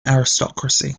aristocracy